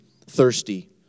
thirsty